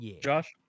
Josh